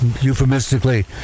euphemistically